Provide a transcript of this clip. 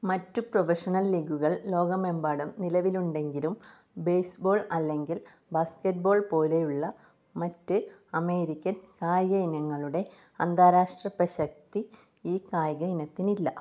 മറ്റ് പ്രൊഫഷണൽ ലീഗുകൾ ലോകമെമ്പാടും നിലവിലുണ്ടെങ്കിലും ബേസ്ബോൾ അല്ലെങ്കിൽ ബാസ്ക്കറ്റ്ബോൾ പോലെയുള്ള മറ്റ് അമേരിക്കൻ കായിക ഇനങ്ങളുടെ അന്താരാഷ്ട്ര പ്രസക്തി ഈ കായിക ഇനത്തിനില്ല